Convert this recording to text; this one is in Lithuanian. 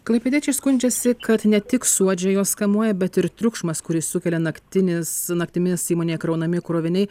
klaipėdiečiai skundžiasi kad ne tik suodžiai juos kamuoja bet ir triukšmas kurį sukelia naktinis naktimis įmonėje kraunami kroviniai